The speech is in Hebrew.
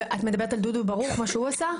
את מדברת על דודו ברוך, מה שהוא עשה?